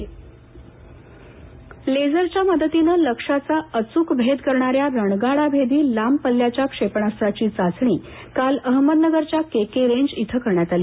क्षेपणास्त्र लेझरच्या मदतीने लक्ष्याचा अच्रक भेद करणाऱ्या रणगाडाभेदी लांब पल्ल्याच्या क्षेपणास्त्राची चाचणी काल अहमदनगरच्या केके रेंज इथं करण्यात आली